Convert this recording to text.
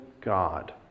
God